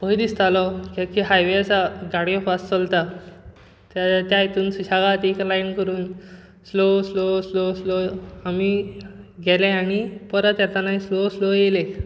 भंय दिसतालो कित्याक की हायवे आसा गाडयो फास्ट चलता ते त्या हेतून सुशेगाद एक लायन करून स्लो स्लो स्लो स्लो आमी गेले आनी परत येतानाय स्लो स्लो येयले